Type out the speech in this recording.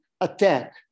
attack